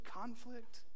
conflict